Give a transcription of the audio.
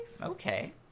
Okay